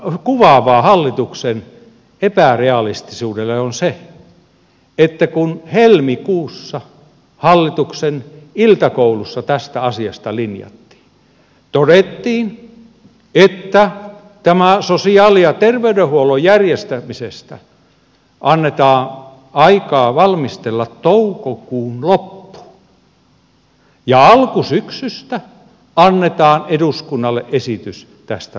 kuvaavaa hallituksen epärealistisuudelle on se että kun helmikuussa hallituksen iltakoulussa tätä asiaa linjattiin todettiin että tähän sosiaali ja terveydenhuollon järjestämisen valmisteluun annetaan aikaa toukokuun loppuun ja alkusyksystä annetaan eduskunnalle esitys tästä rakennelaista